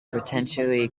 potentially